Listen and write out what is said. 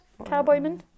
Cowboyman